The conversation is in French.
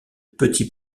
petits